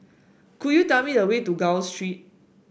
could you tell me the way to Gul Street